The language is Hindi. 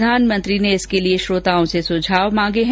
प्रधानमंत्री ने इसके लिए श्रोताओं से सुझाव मांगे हैं